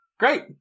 Great